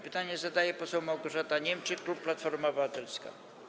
Pytanie zadaje poseł Małgorzata Niemczyk, klub Platforma Obywatelska.